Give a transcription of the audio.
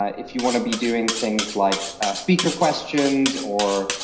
if you want to be doing things like speaker questions, or